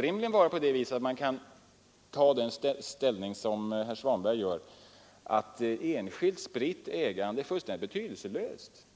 rimligt att som herr Svanberg gör hävda att ett enskilt, spritt ägande är fullständigt betydelselöst.